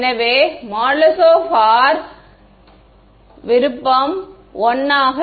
எனவே | R | விருப்பம் 1 ஆக